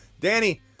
Danny